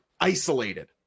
isolated